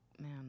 man